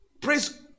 Praise